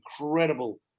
incredible